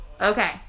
okay